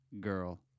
girl